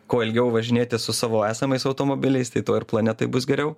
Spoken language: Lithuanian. kuo ilgiau važinėti su savo esamais automobiliais tai tuo ir planetai bus geriau